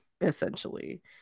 Essentially